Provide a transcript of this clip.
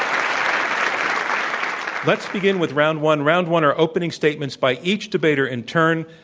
um let's begin with round one. round one are opening statements by each debater in turn.